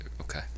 Okay